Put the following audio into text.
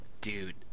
dude